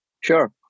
Sure